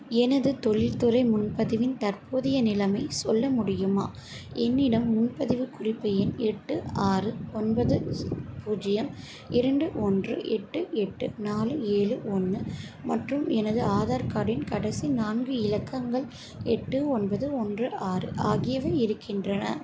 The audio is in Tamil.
எனது தொழில்துறை முன்பதிவின் தற்போதைய நிலமை சொல்ல முடியுமா என்னிடம் முன்பதிவு குறிப்பு எண் எட்டு ஆறு ஒன்பது பூஜ்ஜியம் இரண்டு ஒன்று எட்டு எட்டு நாலு ஏழு ஒன்று மற்றும் எனது ஆதார் கார்டின் கடைசி நான்கு இலக்கங்கள் எட்டு ஒன்பது ஒன்று ஆறு ஆகியவை இருக்கின்றன